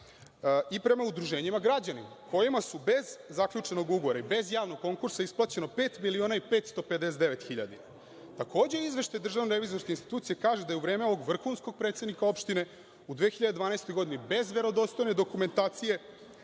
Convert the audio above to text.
i prema udruženjima građana, kojima je bez zaključenog ugovora i bez javnog konkursa isplaćeno pet miliona i 559 hiljada dinara. Takođe, izveštaj DRI kaže da je u vreme ovog vrhunskog predsednika opštine u 2012. godini, bez verodostojne dokumentacije